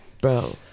bro